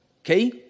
Okay